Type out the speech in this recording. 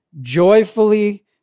joyfully